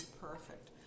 perfect